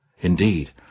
Indeed